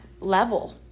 level